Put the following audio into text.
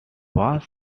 was